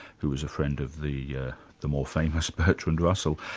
who was a friend of the the more famous bertrand russell.